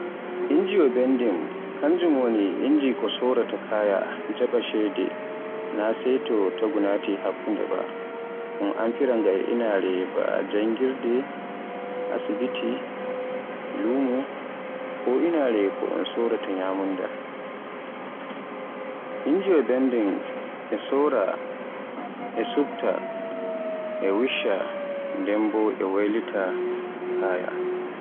Injiwa bendin kanjum woni inji ko soraata kaya, jaaɓa ceede na sai to taagu naati hakkunde ba. Un amfira nga e inaare ba janngirde, Asibiti, lumo, ko inaare to un soraata nyamunda. Injiwa bendin e sora l, e sufta, e wishsha nden bo e wallita kaya.